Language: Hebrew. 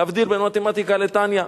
להבדיל בין מתמטיקה ל"תניא".